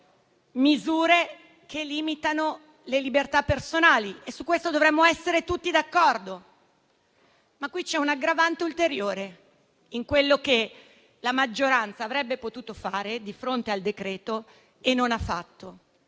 misure che limitano le libertà personali e su questo dovremmo essere tutti d'accordo. Rispetto a quello che la maggioranza avrebbe potuto fare di fronte al decreto e non ha fatto,